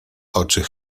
oczy